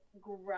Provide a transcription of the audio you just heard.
grow